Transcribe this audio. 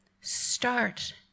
Start